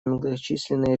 многочисленные